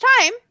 time